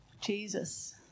Jesus